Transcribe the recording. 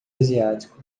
asiático